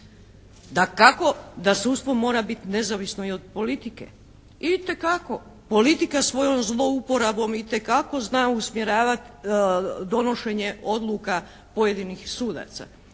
Dakako da sudstvo mora biti nezavisno i od politike, itekako. Politika svojom zlouporabom itekako zna usmjeravati donošenje odluka pojedinih sudaca.